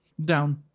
down